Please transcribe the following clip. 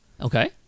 Okay